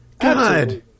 God